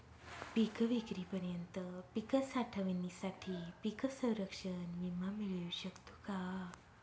पिकविक्रीपर्यंत पीक साठवणीसाठी पीक संरक्षण विमा मिळू शकतो का?